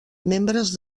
membres